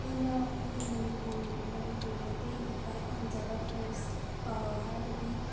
ꯑꯩꯅ ꯑꯩꯈꯣꯏꯒꯤ ꯃꯅꯤꯄꯨꯔ ꯃꯅꯤꯄꯨꯔ ꯃꯩꯇꯩꯒꯤ ꯈ꯭ꯋꯥꯏ ꯄꯥꯝꯖꯕ ꯐ꯭ꯔꯦꯁ ꯄꯥꯎꯔꯧ ꯍꯥꯏꯔꯒꯗꯤ